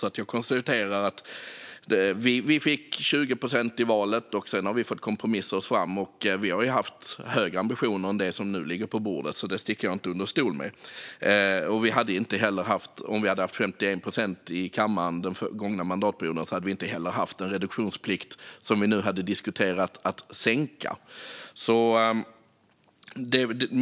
Jag konstaterar att vi fick 20 procent i valet, och sedan har vi fått kompromissa oss fram. Jag sticker inte under stol med att vi har haft högre ambitioner än det som nu ligger på bordet. Om vi hade haft 51 procent i kammaren under den gångna mandatperioden hade vi inte heller haft den reduktionsplikt som vi nu hade diskuterat att sänka.